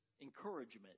encouragement